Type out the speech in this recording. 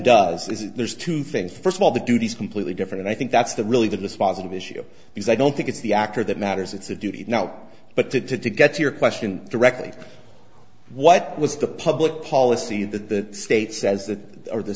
does is there's two things first of all the duties completely different and i think that's the really the this positive issue because i don't think it's the actor that matters it's a duty now but to get to your question directly what was the public policy that the state says that or the